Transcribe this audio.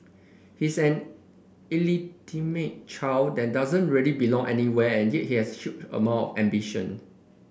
he's an illegitimate child than doesn't really belong anywhere and yet he has a huge amount ambition